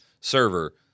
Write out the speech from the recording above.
server